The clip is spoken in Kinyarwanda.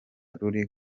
ruri